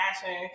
fashion